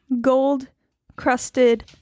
gold-crusted